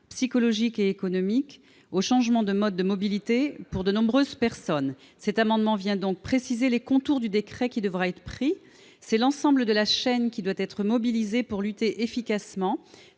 psychologique et économique au changement de mode de mobilité pour de nombreuses personnes. Cet amendement tend donc à préciser les contours du décret qui devra être pris. L'ensemble de la chaîne devant être mobilisé pour lutter efficacement,